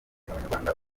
abanyarwanda